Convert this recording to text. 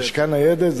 לשכה ניידת,